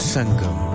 Sangam